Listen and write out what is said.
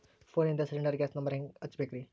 ಫೋನಿಂದ cylinder gas number ಹೆಂಗ್ ಹಚ್ಚ ಬೇಕ್ರಿ?